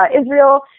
Israel